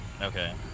Okay